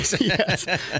Yes